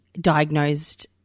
diagnosed